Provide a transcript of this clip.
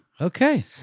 okay